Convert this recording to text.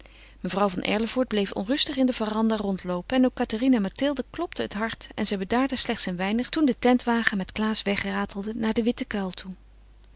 mevrouw van erlevoort bleef onrustig in de verandah rondloopen en ook cathérine en mathilde klopte het hart en zij bedaarden slechts een weinig toen de tentwagen met klaas wegratelde naar den witten kuil toe